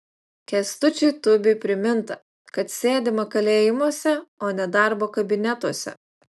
kęstučiui tubiui priminta kad sėdima kalėjimuose o ne darbo kabinetuose